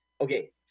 okay